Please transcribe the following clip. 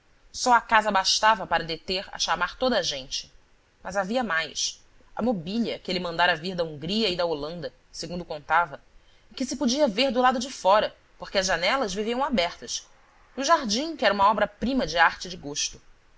só a casa bastava para deter a chamar toda a gente mas havia mais a mobília que ele mandara vir da hungria e da holanda segundo contava e que se podia ver do lado de fora porque as janelas viviam abertas e o jardim que era uma obra-prima de arte e de gosto